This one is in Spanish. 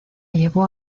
llevó